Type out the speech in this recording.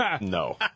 No